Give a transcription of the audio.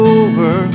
over